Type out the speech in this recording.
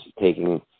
taking